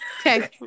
Okay